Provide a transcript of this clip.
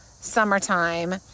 summertime